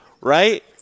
Right